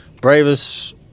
bravest